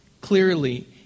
clearly